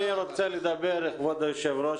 כבוד היושב-ראש,